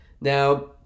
Now